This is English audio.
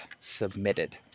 submitted